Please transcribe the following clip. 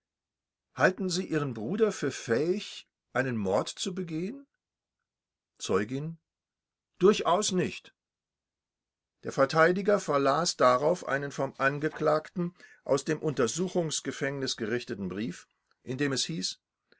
halten sie ihren bruder für fähig einen mord zu begehen zeugin durchaus nicht der verteidiger verlas darauf einen vom angeklagten aus dem untersuchungsgefängnis gerichteten brief in dem es hieß